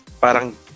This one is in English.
parang